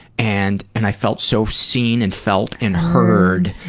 and and i felt so seen and felt and heard.